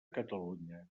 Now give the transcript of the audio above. catalunya